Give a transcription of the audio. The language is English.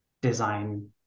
design